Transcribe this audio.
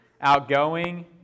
outgoing